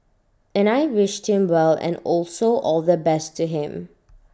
and I wished him well and also all the best to him